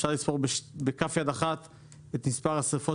אפשר לספור בכף יד אחת את מספר השריפות